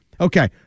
Okay